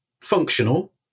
functional